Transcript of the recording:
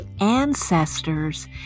ancestors